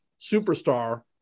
superstar